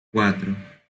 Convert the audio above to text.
cuatro